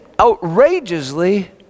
outrageously